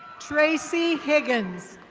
tracy higgins.